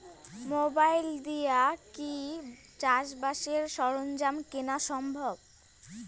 Mobile দিয়া কি চাষবাসের সরঞ্জাম কিনা সম্ভব?